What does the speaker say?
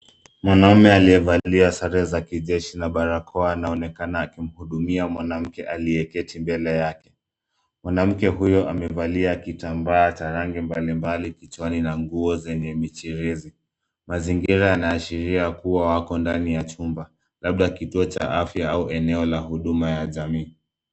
Mwanaume aliyevalia sare za kijeshi na barakoa, anaonekana akimhudumia mwanamke aliyeketi mbele yake. Mwanamke huyo amevalia kitambaa cha rangi mbalimbali kichwani na nguo zenye michirizi. Mazingira yanaashiria kuwa wako ndani ya chumba labda kituo cha afya au eneo la huduma ya jamii.